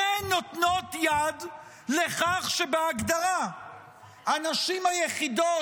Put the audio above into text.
אתן נותנות יד לכך שבהגדרה הנשים היחידות